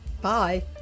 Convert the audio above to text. Bye